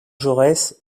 jaurès